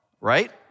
right